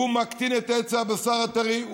הוא מקטין את היצע הבשר הטרי,